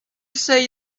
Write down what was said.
say